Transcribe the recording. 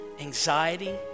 anxiety